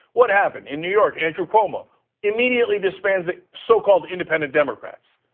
what happened in new york? andrew cuomo immediately disbands the so-called independent democrats.